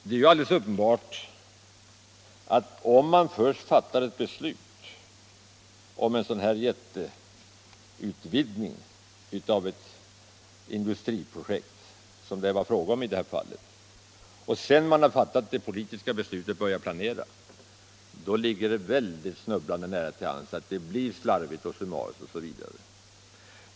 Det är ju alldeles uppenbart att om man först fattar ett beslut om en sådan jätteutvidgning av ett industriprojekt som det var fråga om i detta fall och sedan — när man har fattat det politiska beslutet — börjar planera, då ligger det snubblande nära till hands att det blir slarvigt, summariskt osv.